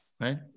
right